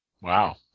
Wow